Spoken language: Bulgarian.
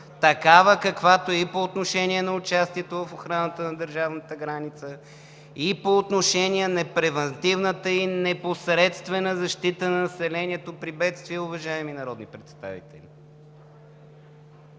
такава, каквато е и по отношение на участието в охраната на държавната граница и по отношение на превантивната и непосредствената защита на населението при бедствие, уважаеми народни представители!